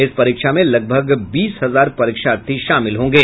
इस परीक्षा में लगभग बीस हजार परीक्षार्थी शामिल होंगे